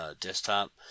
desktop